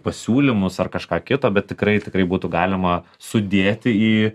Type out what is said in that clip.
pasiūlymus ar kažką kito bet tikrai tikrai būtų galima sudėti į